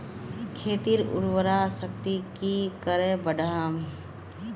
खेतीर उर्वरा शक्ति की करे बढ़ाम?